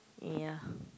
ya